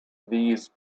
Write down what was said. these